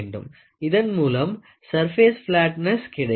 இதன்மூலம் surface flatness கிடைக்கும்